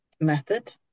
method